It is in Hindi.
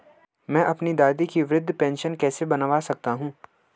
मैं अपनी दादी की वृद्ध पेंशन कैसे बनवा सकता हूँ?